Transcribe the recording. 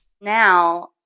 Now